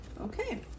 Okay